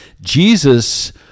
Jesus